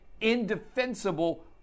indefensible